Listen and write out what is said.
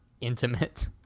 intimate